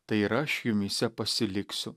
tai ir aš jumyse pasiliksiu